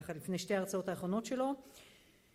אחת שתיים שלוש